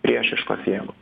priešiškos jėgos